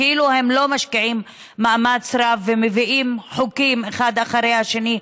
כאילו הם לא משקיעים מאמץ רב ומביאים חוקים אחד אחרי השני,